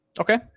Okay